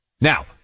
Now